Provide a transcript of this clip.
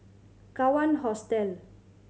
Kawan Hostel